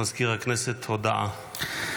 מזכיר הכנסת, הודעה.